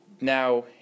Now